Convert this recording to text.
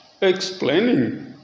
explaining